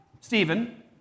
Stephen